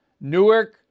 Newark